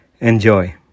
enjoy